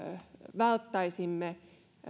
välttäisimme